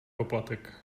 poplatek